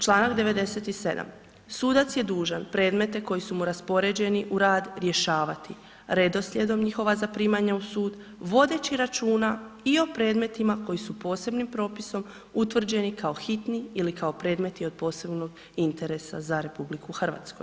Članak 97. sudac je dužan predmete koji su mu raspoređeni u rad rješavati redoslijedom njihova zaprimanja u sud vodeći računa i o predmetima koji su posebnim propisom utvrđeni kao hitni ili kao predmeti od posebnog interesa za RH.